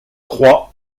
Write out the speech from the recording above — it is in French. croix